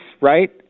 right